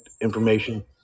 information